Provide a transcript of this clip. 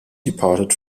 departed